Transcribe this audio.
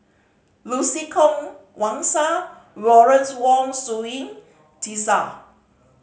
Lucy Koh Wang Sha Lawrence Wong Shyun Tsai